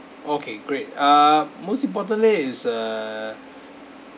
okay great err most importantly is err